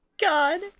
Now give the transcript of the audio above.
God